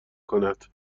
کند